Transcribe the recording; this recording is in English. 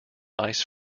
ice